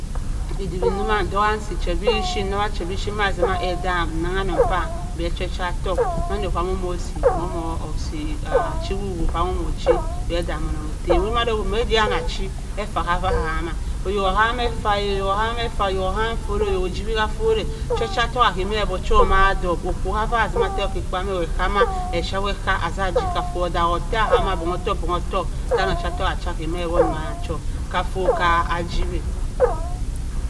Edawi domona nndoku si che bipuyit nn’ uwa che bipuyit edamm ennang annong paam be achi-ocha ttoku mando ke man omosi, momosi achi-wuwott cha momo chi be dammie annong etteme owuribe mandoko ede achi effa ka va ahamna ohok oham. effa-a ohok oham fott-a ohok oo ejibe kaffotta chi ocha ttouk a bhap me ma adop okwu kaffa simona tewott ka ekpenwa ma ewett aka mq epuya wo ekka assa ajib ka fott odak-o tla hamma bong-ottoka bong-ottonk danni ochattouk a chi a bhap me ewott maya cho ka fott ka jibwa.